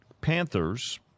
Panthers